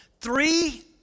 Three